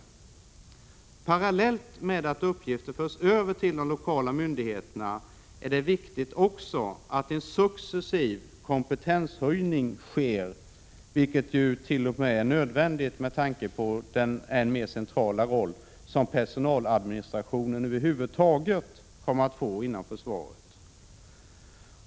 Det är viktigt att det parallellt med att uppgifter förs över till de lokala myndigheterna sker en successiv kompetenshöjning. Det är t.o.m. nödvändigt med tanke på den än mer centrala roll som personaladministrationen över huvud taget kommer att få inom försvaret.